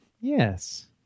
Yes